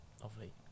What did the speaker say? lovely